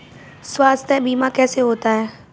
स्वास्थ्य बीमा कैसे होता है?